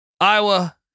Iowa